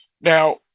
Now